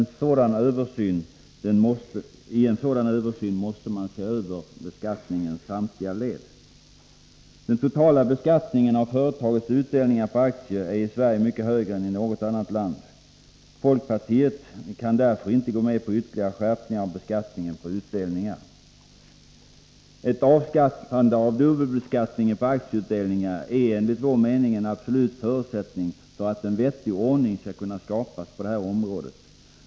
Vid en sådan översyn måste man se över beskattningens samtliga led. Den totala beskattningen av företagens utdelningar på aktier är i Sverige mycket högre än i något annat land. Folkpartiet kan därför inte gå med på ytterligare skärpningar av beskattningen på utdelningar. Ett avskaffande av dubbelbeskattningen på aktieutdelningar är enligt vår mening en absolut förutsättning för att en vettig ordning skall kunna skapas på området.